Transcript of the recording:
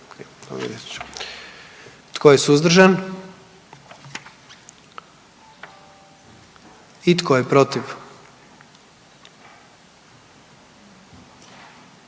Tko je suzdržan? I tko je protiv?